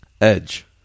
Edge